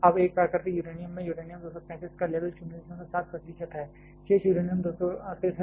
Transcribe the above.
अब एक प्राकृतिक यूरेनियम में यूरेनियम 235 का केवल 07 प्रतिशत है शेष यूरेनियम 238 है